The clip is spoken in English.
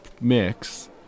mix